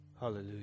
Hallelujah